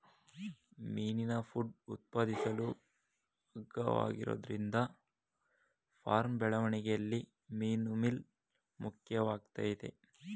ಮೀನಿನ ಫುಡ್ ಉತ್ಪಾದಿಸಲು ಅಗ್ಗವಾಗಿರೋದ್ರಿಂದ ಫಾರ್ಮ್ ಬೆಳವಣಿಗೆಲಿ ಮೀನುಮೀಲ್ ಮುಖ್ಯವಾಗಯ್ತೆ